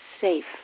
Safe